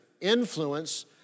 influence